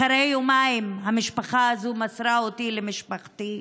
אחרי יומיים המשפחה הזו מסרה אותי למשפחתי,